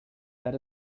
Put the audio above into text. that